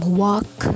walk